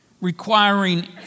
requiring